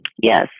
Yes